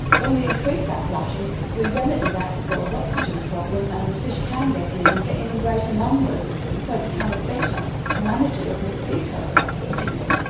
when we increase that flushing we remedy that dissolved oxygen problem and fish can get in and get in in greater numbers so become a better manager of mosquitoes mosquitoes by eating them.